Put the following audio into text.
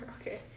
Okay